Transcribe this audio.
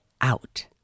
out